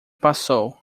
passou